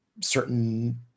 certain